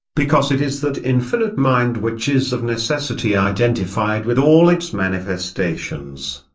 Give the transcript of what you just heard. because it is that infinite mind which is of necessity identified with all its manifestations.